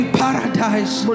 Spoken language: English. paradise